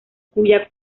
cuya